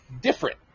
different